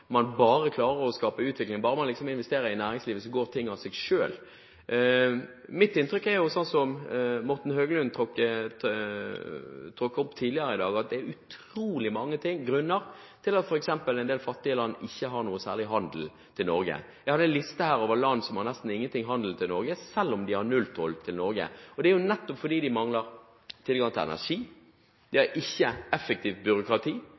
seg selv. Mitt inntrykk er jo – som Morten Høglund tok opp tidligere her i dag – at det er utrolig mange grunner til f.eks. at en del fattige land ikke har noen særlig handel med Norge. Jeg har en liste her over land som nesten ikke har noen handel med Norge, selv om de har null toll til Norge, og det er bl.a. fordi de mangler tilgang til energi, og de har ikke et effektivt byråkrati.